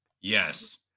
Yes